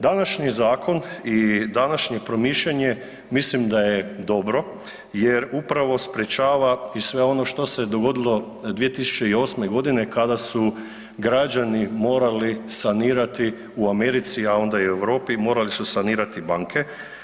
Današnji zakon i današnje promišljanje mislim da je dobro jer upravo sprečava i sve ono što se dogodilo 2008. godine kada su građani morali sanirati u Americi, a onda i u Europi morali su sanirati banke.